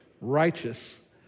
righteous